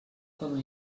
com